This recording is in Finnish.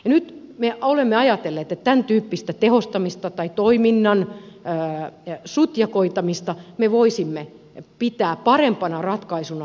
nyt me olemme ajatelleet että tämäntyyppistä tehostamista tai toiminnan päivä ja su ja koittamista sutjakoittamista me voisimme pitää parempana ratkaisuna kuin seuraavaa